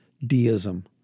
deism